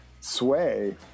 sway